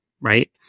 right